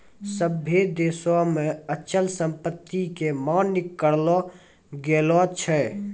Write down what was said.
सभ्भे देशो मे अचल संपत्ति के मान्य करलो गेलो छै